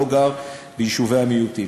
לא גר ביישובי המיעוטים.